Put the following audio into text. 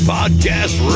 Podcast